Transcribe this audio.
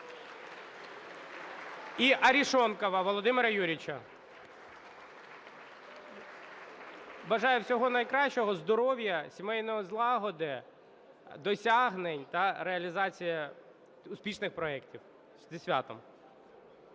і Арешонкова Володимира Юрійовича. (Оплески) Бажаю всього найкращого, здоров'я, сімейної злагоди, досягнень та реалізації успішних проектів. Зі святом!